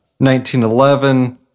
1911